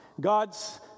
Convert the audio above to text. God's